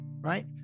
right